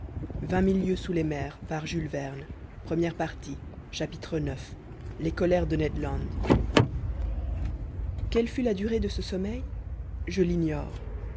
ix les colères de ned land quelle fut la durée de ce sommeil je l'ignore